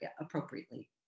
appropriately